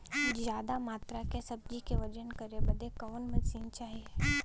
ज्यादा मात्रा के सब्जी के वजन करे बदे कवन मशीन चाही?